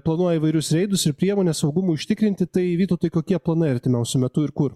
planuoja įvairius reidus ir priemones saugumui užtikrinti tai vytautai kokie planai artimiausiu metu ir kur